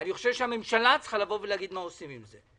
אני חושב שהממשלה צריכה להגיד מה עושים עם זה.